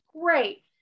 great